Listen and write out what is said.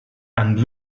and